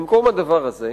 במקום הדבר הזה